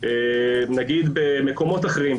במקומות אחרים,